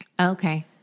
Okay